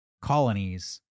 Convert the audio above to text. colonies